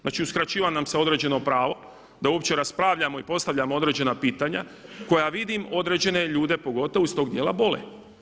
Znači uskraćuje nam se određeno pravo da uopće raspravljamo i postavljamo određena pitanja koja vidim određene ljude pogotovo iz tog dijela bole.